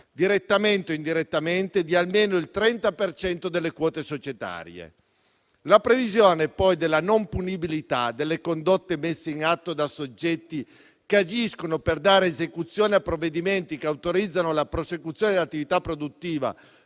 direttamente o indirettamente, di almeno il 30 per cento delle quote societarie. Vi è inoltre la previsione della non punibilità delle condotte messe in atto da soggetti che agiscono per dare esecuzione a provvedimenti che autorizzano la prosecuzione dell'attività produttiva